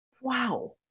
Wow